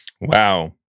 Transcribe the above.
Wow